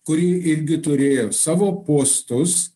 kuri irgi turėjo savo postus